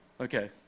Okay